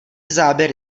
záběry